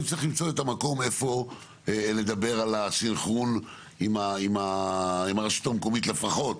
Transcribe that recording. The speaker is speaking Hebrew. אני צריך למצוא את המקום איפה לדבר על הסנכרון עם הרשות המקומית לפחות,